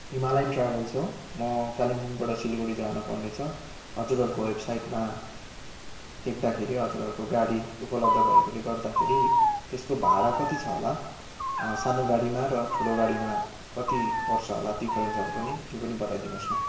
Himalayan travels हो म कालिम्पोङबाट सिलगडी जानुपर्ने छ हजुरहरूको वेबसाइटमा देख्दाखेरि हजुहरूको गाडी उपलब्ध भएकोले गर्दाखेरि त्यसको भाडा कति छ होला सानो गाडीमा र ठुलो गाडीमा कति पर्छ होला डिफरेन्सहरू पनि त्यो पनि बताइदिनुहोस् न